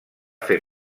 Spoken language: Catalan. fer